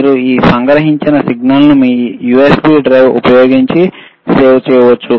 మీరు ఈ సంగ్రహించిన సిగ్నల్ మీ USB డ్రైవ్ ఉపయోగించి సేవ్ చేయవచ్చు